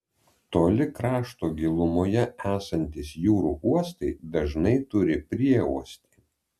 toli krašto gilumoje esantys jūrų uostai dažnai turi prieuostį